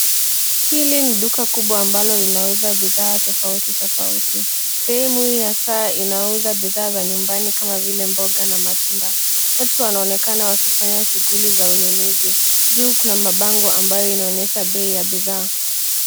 Hili ni duka kubwa ambalo linauza bidhaa tofauti tofauti .Sehemu hii ya saa inauza bidhaa za nyumbani kama vile mboga na matunda. Watu wanaonekana wakifanya shughuli za ununuzi. Juu kuna mabango ambayo inaonyesha bei ya bidhaa.